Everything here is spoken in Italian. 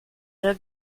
del